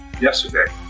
yesterday